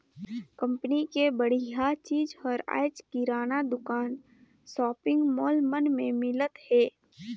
company के बड़िहा चीज हर आयज किराना दुकान, सॉपिंग मॉल मन में मिलत हे